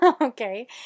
Okay